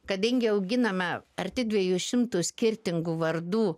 kadangi auginame arti dviejų šimtų skirtingų vardų